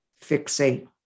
fixate